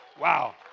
Wow